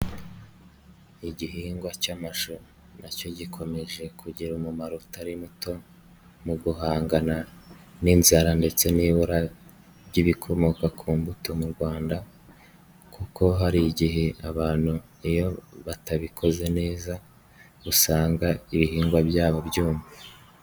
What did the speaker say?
Igihingwa cy'amashu nacyo gikomeje kugira umumaro utari muto, mu guhangana n'inzara ndetse n'ibura ry'ibikomoka ku mbuto mu Rwanda kuko hari igihe abantu iyo batabikoze neza, usanga ibihingwa byabo byumye.